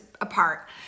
apart